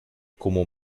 como